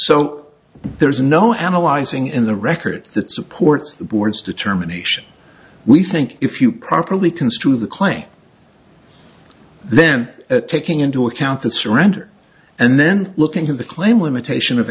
so there is no analyzing in the record that supports the board's determination we think if you properly construe the claim then taking into account the surrender and then looking at the claim limitation of